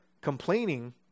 Complaining